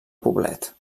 poblet